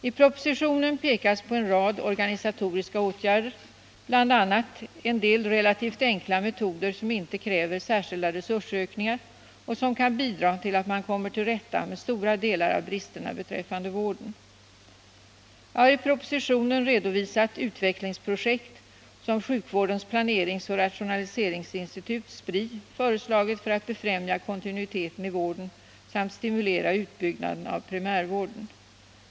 I propositionen pekas på en rad organisatoriska åtgärder, bl.a. en del relativt enkla metoder, som inte kräver särskilda resursökningar och som kan bidra till att man kommer till rätta med stora delar av bristerna beträffande vården. Jag har i propositionen redovisat utvecklingsprojekt, som sjukvårdens planeringsoch rationaliseringsinstitut, Spri, föreslagit för att befrämja kontinuiteten i vården samt stimulera utbyggnaden av primärvården.